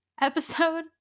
episode